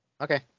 okay